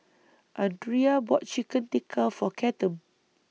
Andria bought Chicken Tikka For Cathern